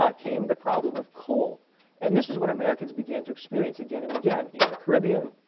ah came the problem of coal and this was when americans began to experience again and again in the caribbean,